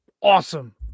Awesome